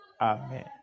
Amen